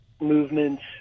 movements